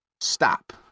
stop